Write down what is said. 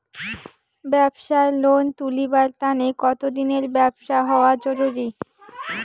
ব্যাবসার লোন তুলিবার তানে কতদিনের ব্যবসা হওয়া জরুরি?